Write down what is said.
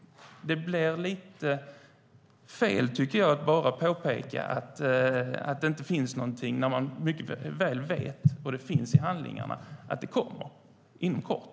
Det blir lite fel, tycker jag, att bara påpeka att det inte finns någonting när man mycket väl vet, och det framgår av handlingarna, att det kommer inom kort.